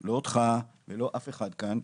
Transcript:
לא אותך ולא אף אחד כאן,